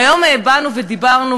היום באנו ודיברנו,